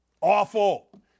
Awful